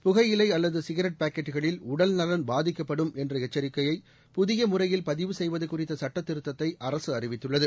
புகையிலை அல்லது சிகரெட் பாக்கெட்டுகளில் உடல்நலன் பாதிக்கப்படும் என்ற எச்சரிப்பை புதிய முறையில் பதிவு செய்வது குறித்த சுட்ட திருத்தத்தை அரசு அறிவித்துள்ளது